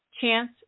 Chance